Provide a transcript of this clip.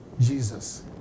Jesus